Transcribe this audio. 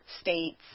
states